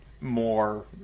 more